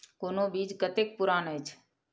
कोनो बीज कतेक पुरान अछि?